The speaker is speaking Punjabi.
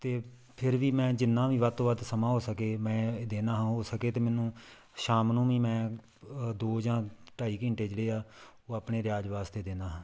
ਅਤੇ ਫਿਰ ਵੀ ਮੈਂ ਜਿੰਨਾਂ ਵੀ ਵੱਧ ਤੋਂ ਵੱਧ ਸਮਾਂ ਹੋ ਸਕੇ ਮੈਂ ਦੇਨਾ ਹਾਂ ਹੋ ਸਕੇ ਤਾਂ ਮੈਨੂੰ ਸ਼ਾਮ ਨੂੰ ਵੀ ਮੈਂ ਦੋ ਜਾਂ ਢਾਈ ਘੰਟੇ ਜਿਹੜੇ ਆ ਉਹ ਆਪਣੇ ਰਿਆਜ਼ ਵਾਸਤੇ ਦੇਨਾ ਹਾਂ